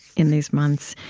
in these months.